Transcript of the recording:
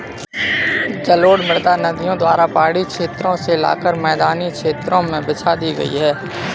जलोढ़ मृदा नदियों द्वारा पहाड़ी क्षेत्रो से लाकर मैदानी क्षेत्र में बिछा दी गयी है